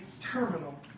terminal